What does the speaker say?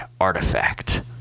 artifact